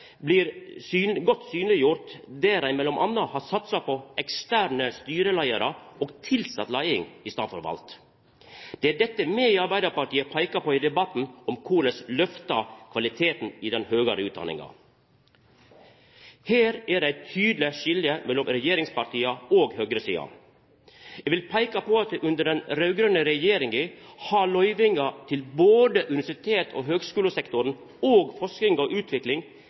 blir godt synleggjort der ein m.a. har satsa på eksterne styreleiarar og tilsett leiing – i staden for valt. Det er dette me i Arbeidarpartiet peikar på i debatten om korleis ein skal lyfta kvaliteten i den høgare utdanninga. Her er det eit tydeleg skilje mellom regjeringspartia og høgresida. Eg vil peika på at under den raud-grøne regjeringa har løyvinga både til universitets- og høgskulesektoren og til forsking og utvikling